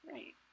Right